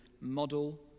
model